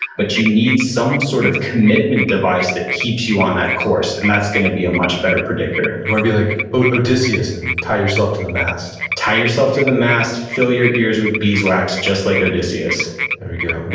but you need some sort of commitment device that keeps you on that course, and that's going to be a much better predictor you want to be like odysseus and tie yourself to the mast tie yourself to the mast, fill your ears with beeswax just like odysseus there you go.